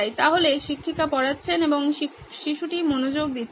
তাহলে শিক্ষিকা পড়াচ্ছেন এবং এই শিশুটি মনোযোগ দিচ্ছে না